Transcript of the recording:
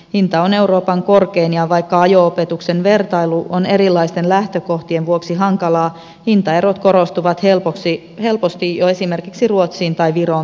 hinta on euroopan korkein ja vaikka ajo opetuksen vertailu on erilaisten lähtökohtien vuoksi hankalaa hintaerot korostuvat helposti jo esimerkiksi ruotsiin tai viroon vertaillessa